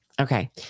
Okay